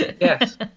Yes